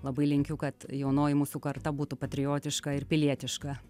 labai linkiu kad jaunoji mūsų karta būtų patriotiška ir pilietiška